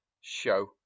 show